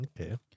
Okay